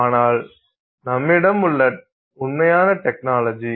ஆனால் நம்மிடம் உள்ள உண்மையான டெக்னாலஜி